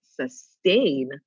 sustain